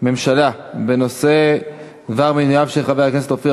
ממשלה בדבר מינויו של חבר הכנסת אופיר